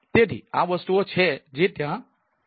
તેથી આ વસ્તુઓ છે જે ત્યાં છે